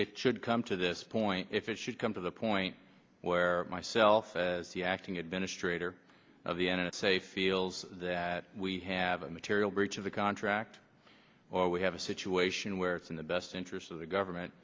it should come to this point if it should come to the point where myself as the acting administrator of the n s a feels that we have a material breach of the contract or we have a situation where it's in the best interest of the government